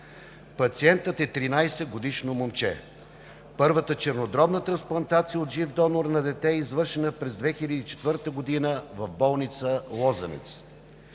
Пациентът е 13-годишно момче. Първата чернодробна трансплантация на дете от жив донор е извършена през 2004 г. в болница „Лозенец“.